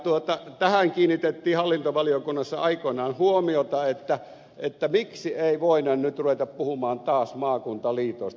tähän kiinnitettiin hallintovaliokunnassa aikoinaan huomiota että miksi ei voida nyt ruveta puhumaan taas maakuntaliitoista